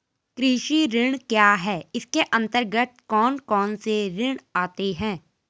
कृषि ऋण क्या है इसके अन्तर्गत कौन कौनसे ऋण आते हैं?